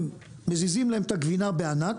מזיזים להם את הגבינה בענק,